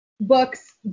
books